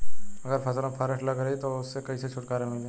अगर फसल में फारेस्ट लगल रही त ओस कइसे छूटकारा मिली?